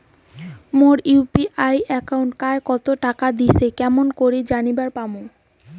মোর UPI একাউন্টে কায় কতো টাকা দিসে কেমন করে জানিবার পামু?